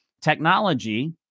technology